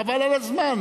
חבל על הזמן.